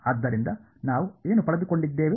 ಆದ್ದರಿಂದ ನಾವು ಏನು ಪಡೆದುಕೊಂಡಿದ್ದೇವೆ